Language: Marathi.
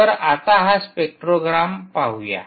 तर आता हा स्पेक्ट्रोग्राम पाहूया